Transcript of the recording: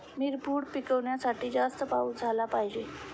मिरपूड पिकवण्यासाठी जास्त पाऊस झाला पाहिजे